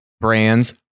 Brands